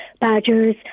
badgers